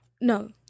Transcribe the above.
No